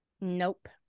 Nope